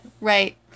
right